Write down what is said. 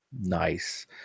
Nice